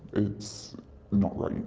it's not right, you